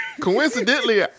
Coincidentally